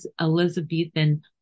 Elizabethan